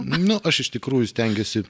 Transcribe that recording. nu aš iš tikrųjų stengiuosi